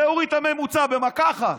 זה הוריד את הממוצע במכה אחת,